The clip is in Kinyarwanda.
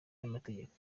y’amategeko